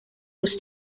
was